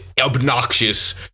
obnoxious